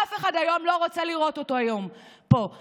אף אחד לא רוצה לראות אותו היום פה.